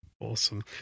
Awesome